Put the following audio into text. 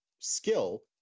skill